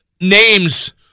names